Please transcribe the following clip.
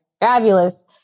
fabulous